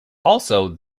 also